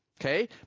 Okay